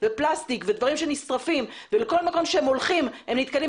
פלסטיק ודברים שנשרפים ובכל מקום שהם הולכים הם נתקלים